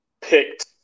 picked